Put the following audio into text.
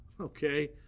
Okay